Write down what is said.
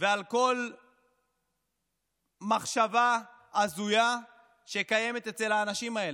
ועל כל מחשבה הזויה שקיימת אצל האנשים האלה.